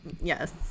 yes